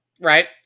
Right